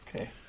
Okay